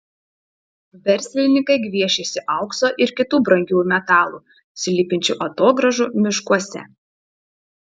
verslininkai gviešiasi aukso ir kitų brangiųjų metalų slypinčių atogrąžų miškuose